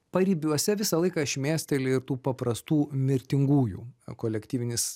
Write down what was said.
paribiuose visą laiką šmėsteli tų paprastų mirtingųjų kolektyvinis